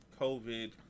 COVID